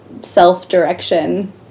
self-direction